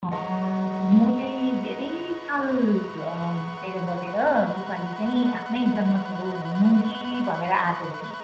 म चाहिँ धेरै साल बाहिर बसेर यसपालि चाहिँ आफ्नै जन्म थलो घुमौँ कि भनेर आएको थिएँ